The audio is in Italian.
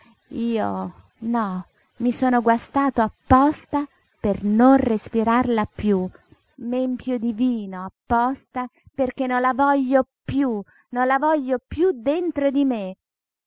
io no mi sono guastato apposta per non respirarla piú m'empio di vino apposta perché non la voglio piú non la voglio piú dentro di me